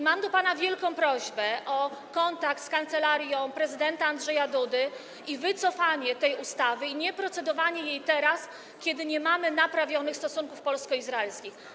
Mam do pana wielką prośbę o kontakt z kancelarią prezydenta Andrzeja Dudy, wycofanie tej ustawy i nieprocedowanie nad nią teraz, kiedy nie mamy naprawionych stosunków polsko-izraelskich.